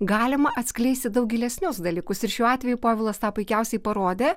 galima atskleisti daug gilesnius dalykus ir šiuo atveju povilas tą puikiausiai parodė